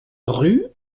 rue